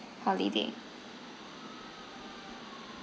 holiday